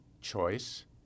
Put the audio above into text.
choice